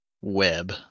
web